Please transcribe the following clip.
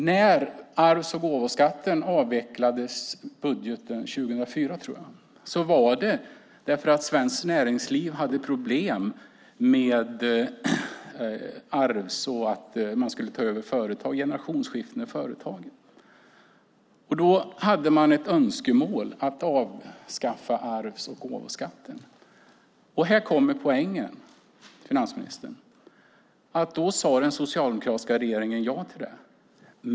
När arvs och gåvoskatten avvecklades vid budgeten 2004, tror jag, var det för att svenskt näringsliv hade problem med generationsskiften i företagen. Då hade man ett önskemål att avskaffa arvs och gåvoskatten. Här kommer poängen. Den socialdemokratiska regeringen sade ja till det.